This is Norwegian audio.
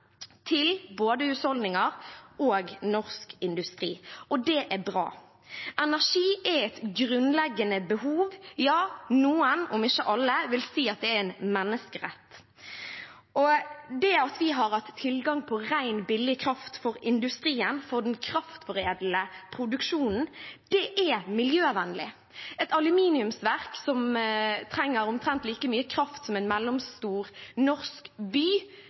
til både husholdninger og norsk industri. Det er bra. Energi er et grunnleggende behov. Noen, om ikke alle, vil si at det er en menneskerett. Det at vi har hatt tilgang på ren, billig kraft for industrien til den kraftforedlende produksjonen, er miljøvennlig. Et aluminiumsverk, som trenger omtrent like mye kraft som en mellomstor norsk by,